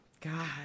God